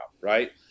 right